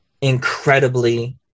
incredibly